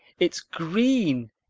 it's green!